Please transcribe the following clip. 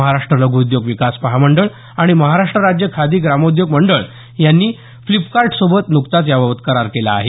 महाराष्ट्र लघुउद्योग विकास महामंडळ आणि महाराष्ट्र राज्य खादी ग्रामोद्योग मंडळ यांनी फ्लिपकार्ट सोबत न्कताच याबाबत करार केला आहे